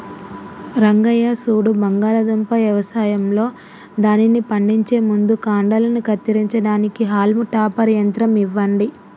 రంగయ్య సూడు బంగాళాదుంప యవసాయంలో దానిని పండించే ముందు కాండలను కత్తిరించడానికి హాల్మ్ టాపర్ యంత్రం ఇవ్వండి